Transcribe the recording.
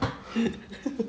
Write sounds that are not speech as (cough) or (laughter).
(laughs)